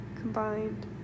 combined